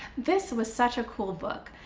this was such a cool book.